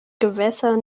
gewässer